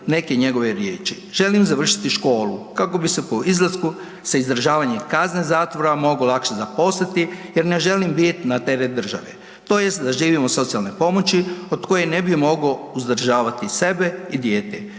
neke njegove riječi „Želim završiti školu kako bi se po izlasku sa izdržavanje kazne zatvora mogao lakše zaposliti jer ne želim biti na teret države tj. da živim od socijalne pomoći od koje ne bi mogao uzdržavati sebe i dijete.